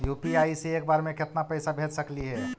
UPI से एक बार मे केतना पैसा भेज सकली हे?